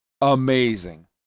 Amazing